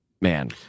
Man